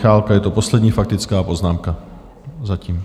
Je to poslední faktická poznámka zatím.